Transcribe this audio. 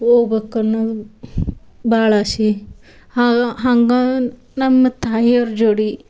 ಹೋಗ್ಬೇಕ್ ಅನ್ನೋದು ಭಾಳ ಆಶೆ ಹಾಗೆ ಹಂಗೆ ನಮ್ಮ ತಾಯಿಯವ್ರ ಜೋಡಿ